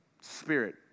Spirit